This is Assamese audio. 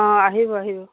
অঁ আহিব আহিব